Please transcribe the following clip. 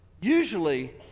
usually